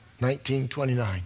1929